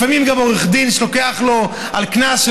לפעמים גם העורך דין לוקח לו על קנס של